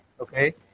Okay